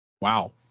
wow